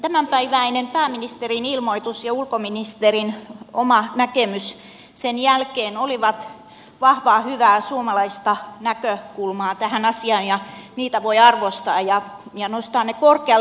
tämänpäiväinen pääministerin ilmoitus ja ulkoministerin oma näkemys sen jälkeen olivat vahvaa hyvää suomalaista näkökulmaa tähän asiaan ja niitä voi arvostaa ja ne voi nostaa korkealle